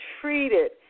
treated